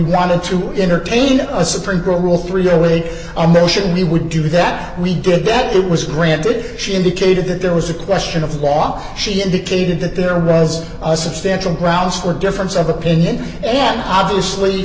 wanted to entertain a supreme girl rule three away a motion we would do that we did that it was granted she indicated that there was a question of law she indicated that there was a substantial grounds for difference of opinion and obviously